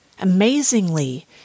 Amazingly